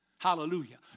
Hallelujah